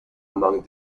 among